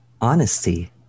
honesty